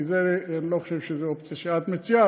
אני לא חושב שזה אופציה שאת מציעה,